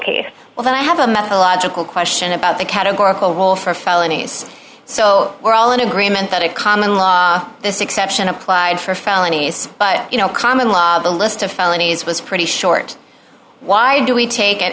case well then i have a methodological question about the categorical role for felonies so we're all in agreement that a common law this exception applied for felonies but you know common law the list of felonies was pretty short why do we take